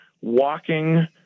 walking